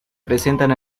presentan